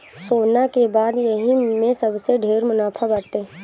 सोना के बाद यही में सबसे ढेर मुनाफा बाटे